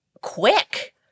quick